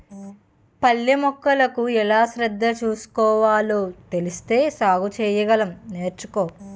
పళ్ళ మొక్కలకు ఎలా శ్రద్ధ తీసుకోవాలో తెలిస్తే సాగు సెయ్యగలం నేర్చుకో